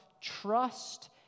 trust